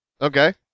Okay